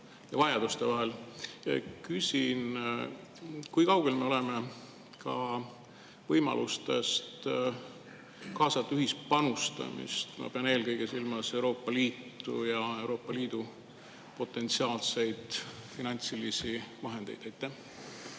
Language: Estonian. ja vajaduste vahel, küsin: kui kaugel me oleme võimalustest kaasata ühispanustamist? Ma pean eelkõige silmas Euroopa Liitu ja Euroopa Liidu potentsiaalseid finantsilisi vahendeid.